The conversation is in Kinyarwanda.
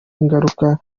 ingaruka